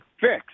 fixed